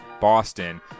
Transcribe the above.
Boston